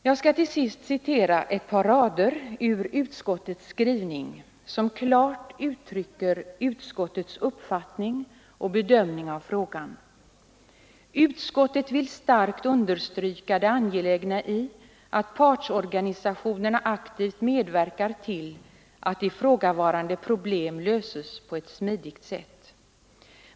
Jag skall till sist citera några rader ur utskottets skrivning som klart uttrycker utskottets uppfattning och bedömning av frågan: ”Utskottet vill starkt understryka det angelägna i att partsorganisationerna aktivt medverkar till att ifrågavarande problem löses på ett smidigt sätt.